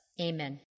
Amen